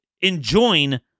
enjoin